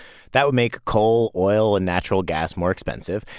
that would make coal, oil and natural gas more expensive.